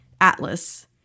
Atlas